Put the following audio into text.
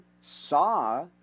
saw